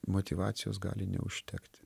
motyvacijos gali neužtekti